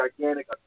gigantic